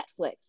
netflix